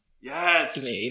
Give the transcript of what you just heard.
Yes